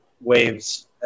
waves